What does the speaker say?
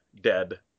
dead